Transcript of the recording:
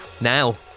Now